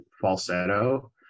falsetto